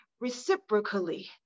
reciprocally